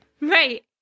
Right